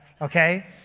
okay